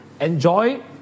enjoy